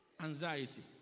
anxiety